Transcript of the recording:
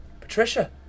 Patricia